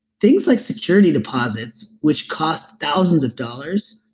things like security deposits, which cost thousands of dollars,